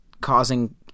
causing